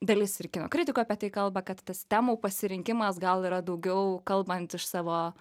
dalis ir kino kritikų apie tai kalba kad tas temų pasirinkimas gal yra daugiau kalbant iš savo